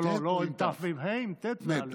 לא עם תי"ו ועם ה"א, עם טי"ת ואל"ף.